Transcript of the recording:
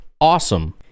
awesome